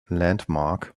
landmark